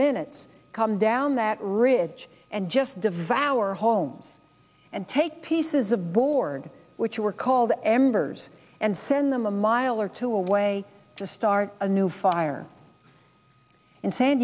minutes come down that ridge and just devour homes and take pieces aboard which are called embers and send them a mile or two away to start a new fire in san